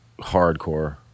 hardcore